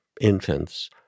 infants